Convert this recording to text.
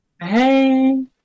hey